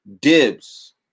dibs